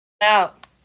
Out